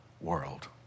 world